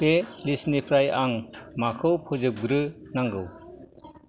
बे लिस्तनिफ्राय आं माखौ फोजोबग्रो नांगौ